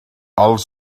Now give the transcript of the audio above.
els